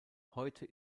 heute